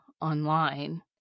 online